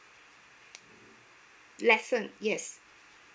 lesson yes